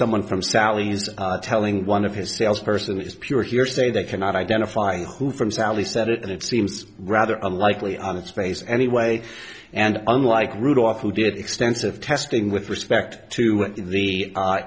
someone from sally's telling one of his salesperson is pure hearsay that cannot identify who from sally said it and it seems rather unlikely on its face anyway and unlike rudolph who did extensive testing with respect to the a